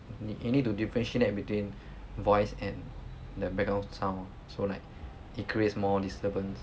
你 you need to differentiate that between voice and the background sound orh so like it creates more disturbance